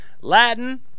Latin